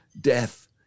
death